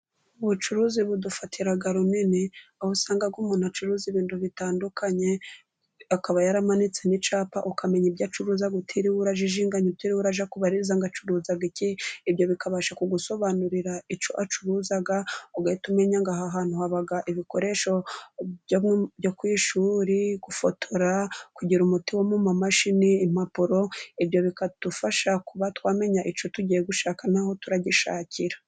Ubucuruzi budufatira runini, aho usanga umuntu acuruza ibintu bitandukanye, akaba yaramanitse n'iycapa ukamenya ibyo acuruza, utiriwe urajijinga, utiriwe ujya kubaririza ngo acuruza iki. Ibyo bikabasha kugusobanurira icyo acuruza, ugahita umenya aho hantu haba ibikoresho byo ku ishuri, gufotora, kugira umuti wo mu mamashini, impapuro. Ibyo bikadufasha kuba twamenya icyo tugiye gushaka naho turagishakira.